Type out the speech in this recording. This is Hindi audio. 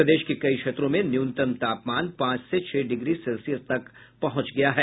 प्रदेश के कई क्षेत्रों में न्यूनतम तापमान पांच से छह डिग्री सेल्सियस तक पहंच गया है